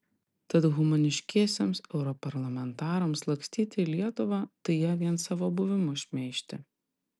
tad humaniškiesiems europarlamentarams lakstyti į lietuvą tai ją vien savo buvimu šmeižti